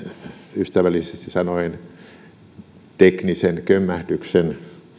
ystävällisesti sanoen teknisen kömmähdyksen ja se